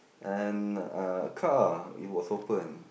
and a car it was open